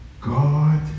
God